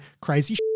crazy